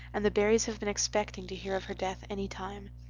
and the barrys have been expecting to hear of her death any time.